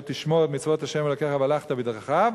תשמור את מצוות ה' אלוקיך והלכת בדרכיו.